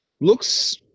looks